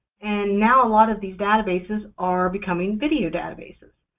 and now a lot of these databases are becoming video databases,